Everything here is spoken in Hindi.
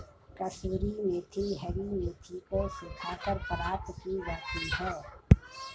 कसूरी मेथी हरी मेथी को सुखाकर प्राप्त की जाती है